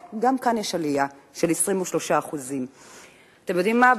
כן, גם כאן יש עלייה, של 23%. אתה יודעים מה?